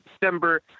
December